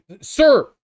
Sir